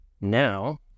Now